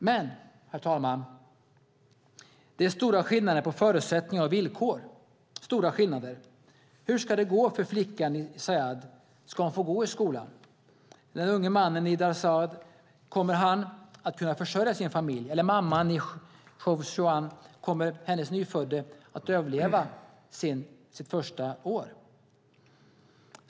Men, herr talman, det är stora skillnader på förutsättningar och villkor - stora skillnader. Hur ska det gå för flickan i Sayad? Ska hon få gå i skolan? Eller den unge mannen i Darzab - kommer han att kunna försörja sin familj? Eller mamman i Jowzjan - kommer hennes nyfödde att överleva sitt första år?